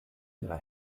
ihrer